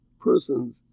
persons